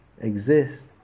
exist